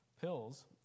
pills